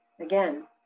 again